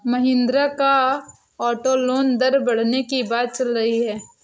महिंद्रा का auto loan दर बढ़ने की बात चल रही है